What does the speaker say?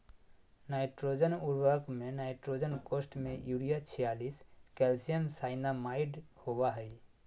nitrogen उर्वरक में nitrogen कोष्ठ में यूरिया छियालिश कैल्शियम साइनामाईड होबा हइ